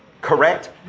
correct